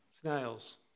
snails